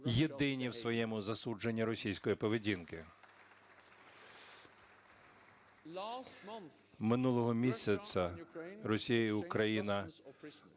єдині в своєму засудженні російської поведінки. Минулого місяця Росія і Україна